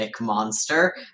monster